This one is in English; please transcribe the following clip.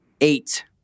eight